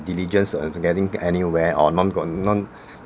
diligence of getting anywhere or none gone none